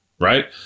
right